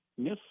miss